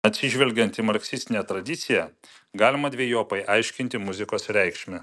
atsižvelgiant į marksistinę tradiciją galima dvejopai aiškinti muzikos reikšmę